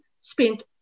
spent